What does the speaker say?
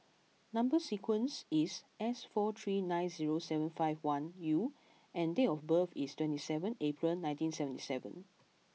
number sequence is S four three nine zero seven five one U and date of birth is twenty seven April nineteen seventy seven